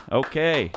okay